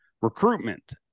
recruitment